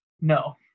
No